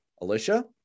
Alicia